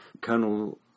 Colonel